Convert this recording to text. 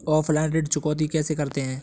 Offline ऋण चुकौती कैसे करते हैं?